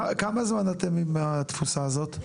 כמה זמן אתם עם התפוסה הזאת?